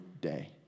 day